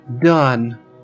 done